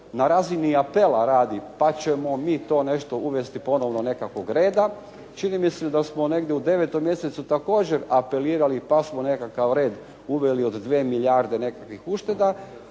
na razini apela radi, pa ćemo mi to nešto uvesti ponovno nekakvog reda? Čini mi se da smo negdje u 9 mjesecu također apelirali pa smo nekakav red uveli od 2 milijarde nekakvih ušteda.